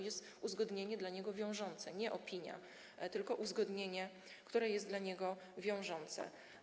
Jest to uzgodnienie dla niego wiążące - nie opinia, tylko uzgodnienie, które jest dla niego wiążące.